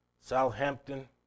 Southampton